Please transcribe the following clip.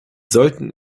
sollten